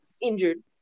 injured